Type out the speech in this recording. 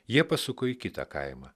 jie pasuko į kitą kaimą